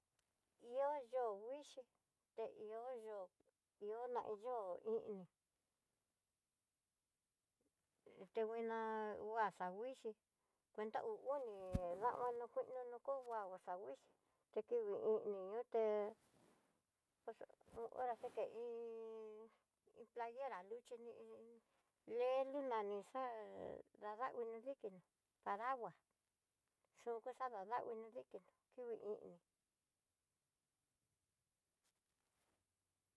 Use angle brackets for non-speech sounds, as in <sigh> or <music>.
Ihó yoó vixhii, ihó yoó ihó na yoo té kuina kuaxa vixhii, ta hú uni <hesitation> dama no kuinono, kó nguagua vixhii, ti kini ngueni yuté oharasi que iin, iin playera luxhini, leluna ni xá'a dauni dikiná, paragua chon axadangua nidinro ki kui ini.